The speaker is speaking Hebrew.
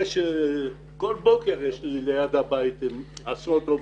כל בוקר יש לי ליד הבית עשרות עובדים,